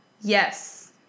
Yes